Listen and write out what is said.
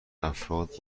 افراد